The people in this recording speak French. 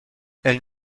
elles